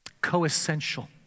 co-essential